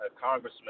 congressman